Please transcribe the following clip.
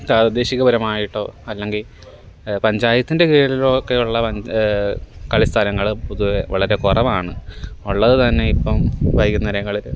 താദേശിക പരമായിട്ടോ അല്ലെങ്കിൽ പഞ്ചായത്തിൻ്റെ കീഴിലോ ഒക്കെയുള്ള പന് കളി സ്ഥലങ്ങൾ പൊതുവേ വളരെ കുറവാണ് ഉള്ളതു തന്നെയിപ്പം വൈകുന്നേരങ്ങളിൽ